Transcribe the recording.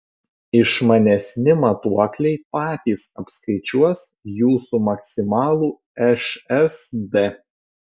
išmanesni matuokliai patys apskaičiuos jūsų maksimalų šsd